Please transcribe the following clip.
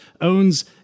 owns